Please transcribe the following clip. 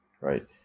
right